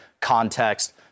context